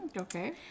Okay